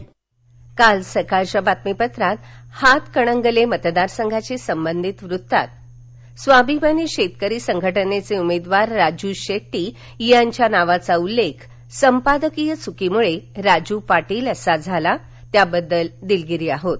दिलगिरी काल सकाळच्या बातमीपत्रात हातकणंगले मतदारसंघाशी संबंधित वृत्तातात स्वाभिमानी शेतकरी संघटनेचे उमेदवार राजू शेट्टी यांच्या नावाचा उल्लेख संपादकीय चुकीमुळे राजू पाटील असा घाला त्याबद्दल दिलगीर आहोत